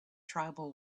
tribal